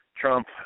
Trump